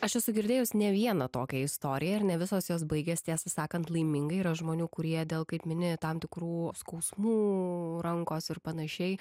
aš esu girdėjus ne vieną tokią istoriją ir ne visos jos baigias tiesą sakant laimingai yra žmonių kurie dėl kaip mini tam tikrų skausmų rankos ir panašiai